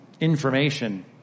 information